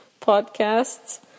podcasts